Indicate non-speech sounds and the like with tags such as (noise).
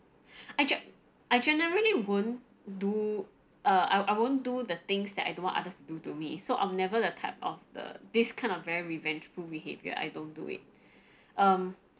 I gen~ I generally won't do uh I I won't do the things that I don't want others do to me so I'm never the type of the this kind of very revengeful behaviour I don't do it (breath) um